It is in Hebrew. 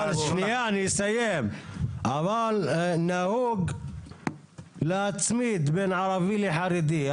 אבל נהוג להצמיד בין ערבי לחרדי.